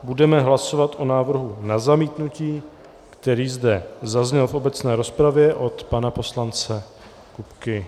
Budeme hlasovat o návrhu na zamítnutí, který zde zazněl v obecné rozpravě od pana poslance Kupky.